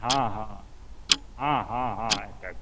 हँ हँ हँ हँ हँ अटैच छै